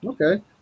Okay